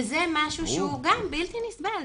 וזה גם משהו שהוא בלתי נסבל.